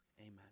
Amen